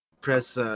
press